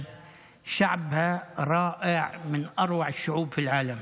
גם דובאי, גם אבו דאבי, (אומר דברים בשפה הערבית,